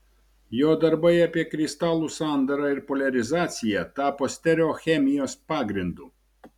jo darbai apie kristalų sandarą ir poliarizaciją tapo stereochemijos pagrindu